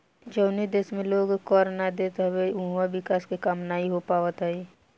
जवनी देस में लोग कर ना देत हवे उहवा विकास के काम नाइ हो पावत हअ